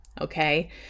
okay